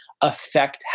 affect